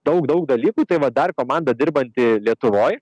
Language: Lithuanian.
daug daug dalykų tai va dar komanda dirbanti lietuvoj